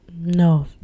no